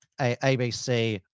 abc